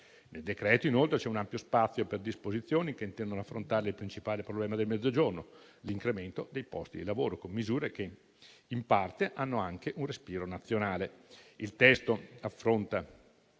Nel decreto-legge, inoltre, c'è ampio spazio a disposizioni che intendono affrontare il principale problema del Mezzogiorno, cioè l'incremento dei posti di lavoro, con misure che in parte hanno anche un respiro nazionale. Il testo reca